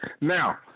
Now